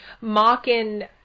mocking